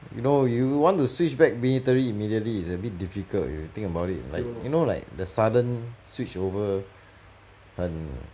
you know you want to switch back military immediately is a bit difficult you think about it like you know like the sudden switch over 很